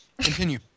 Continue